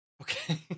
Okay